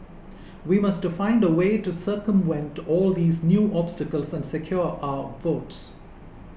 we must find a way to circumvent all these new obstacles since secure our votes